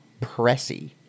Pressy